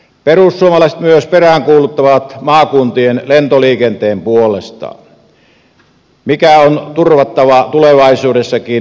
perussuomalaiset myös peräänkuuluttavat toimia maakuntien lentoliikenteen puolesta joka on turvattava tulevaisuudessakin